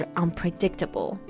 unpredictable